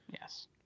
Yes